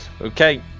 Okay